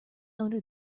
under